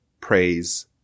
praise